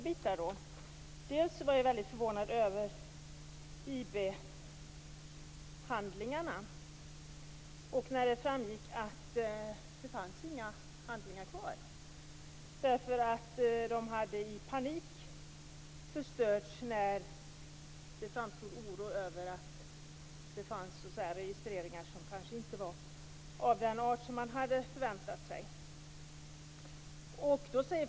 Jag blev väldigt förvånad över hanteringen av IB handlingarna, då det framgick att det inte fanns några handlingar kvar. De hade i panik förstörts när det uppstod oro över att det fanns registreringar som kanske inte var av den art som man hade förväntat sig.